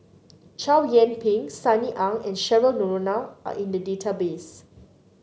Chow Yian Ping Sunny Ang and Cheryl Noronha are in the database